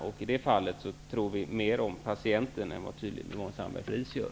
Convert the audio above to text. I det fallet tror vi mer om patienten än vad Yvonne Sandberg-Fries tydligen gör.